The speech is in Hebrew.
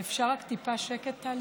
אפשר רק טיפה שקט, טלי?